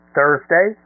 Thursday